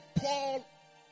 Paul